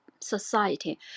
society